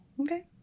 okay